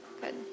Good